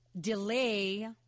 delay